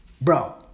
bro